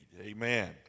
Amen